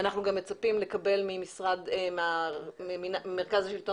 אנחנו גם מצפים לקבל ממרכז השלטון